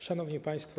Szanowni Państwo!